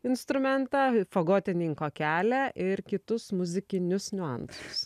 instrumentą fagotininko kelią ir kitus muzikinius niuansus